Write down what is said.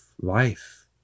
life